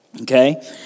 Okay